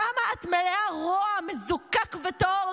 כמה את מלאה רוע מזוקק וטהור.